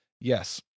Yes